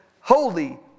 holy